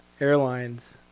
airlines